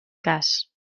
cas